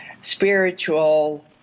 spiritual